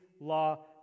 law